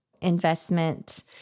investment